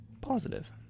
positive